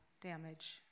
damage